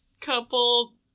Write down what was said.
couple